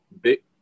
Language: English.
big